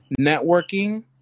networking